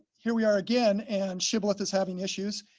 here we are again and shibboleth is having issues.